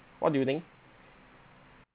what do you think